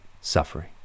suffering